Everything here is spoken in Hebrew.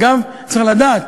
אגב, צריך לדעת,